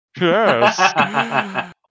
Yes